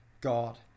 God